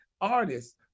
artists